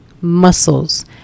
muscles